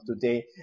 today